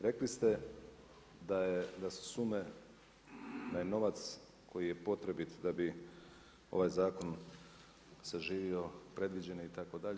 Rekli ste da su sume, da je novac, koji je potrebit da bi ovaj zakon saživio, predviđen je itd.